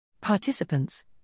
Participants